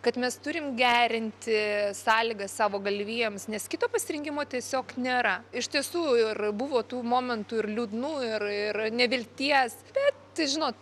kad mes turim gerinti sąlygas savo galvijams nes kito pasirinkimo tiesiog nėra iš tiesų ir buvo tų momentų ir liūdnų ir ir nevilties bet tai žinot